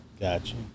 Gotcha